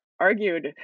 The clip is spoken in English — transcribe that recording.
argued